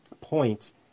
Points